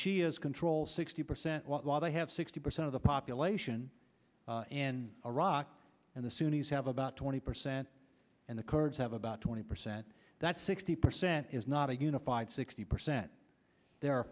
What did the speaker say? the shias control sixty percent while they have sixty percent of the population and iraq and the sunni's have about twenty percent and the kurds have about twenty percent that sixty percent is not a unified sixty percent there are